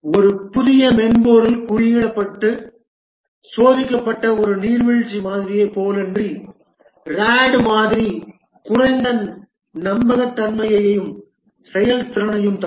ஒரு புதிய மென்பொருள் குறியிடப்பட்டு சோதிக்கப்பட்ட ஒரு நீர்வீழ்ச்சி மாதிரியைப் போலன்றி RAD மாதிரி குறைந்த நம்பகத்தன்மையையும் செயல்திறனையும் தரும்